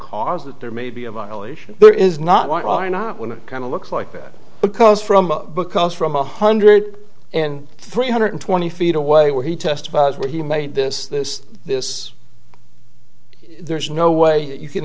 cars that there may be a violation there is not why are not when it kind of looks like that because from because from one hundred and three hundred twenty feet away where he testifies where he made this this this there's no way you can